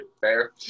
Fair